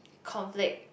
conflict